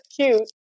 cute